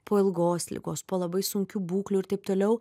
po ilgos ligos po labai sunkių būklių ir taip toliau